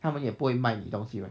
他们也不会卖你东西 right